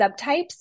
subtypes